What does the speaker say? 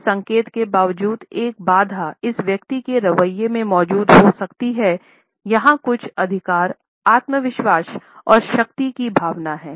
इस संकेत के बावजूद एक बाधा इस व्यक्ति के रवैये में मौजूद हो सकती है कि यहाँ कुछ अधिकार आत्मविश्वास और शक्ति की भावना है